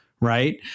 Right